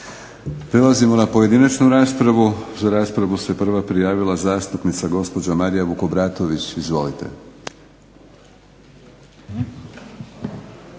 Prelazimo na pojedinačnu raspravu, za raspravu se prva prijavila zastupnica gospođa Marija Vukobratović izvolite.